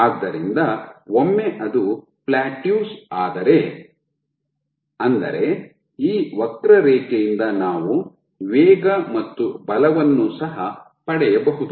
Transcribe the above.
ಆದ್ದರಿಂದ ಒಮ್ಮೆ ಅದು ಪ್ಲಾಟಿಯೂಸ್ ಆದರೆ ಅಂದರೆ ಈ ವಕ್ರರೇಖೆಯಿಂದ ನಾವು ವೇಗ ಮತ್ತು ಬಲವನ್ನು ಸಹ ಪಡೆಯಬಹುದು